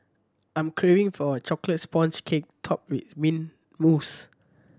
I'm craving for a chocolate sponge cake topped with mint mousse